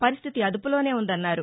పరిస్దితి అదుపులోనే ఉందన్నారు